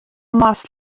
moast